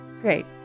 Great